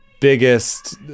biggest